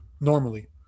normally